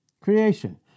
Creation